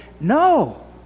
no